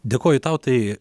dėkoju tau tai